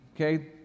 Okay